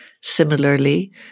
similarly